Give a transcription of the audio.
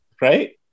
right